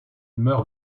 meurt